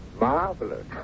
marvelous